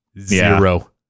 Zero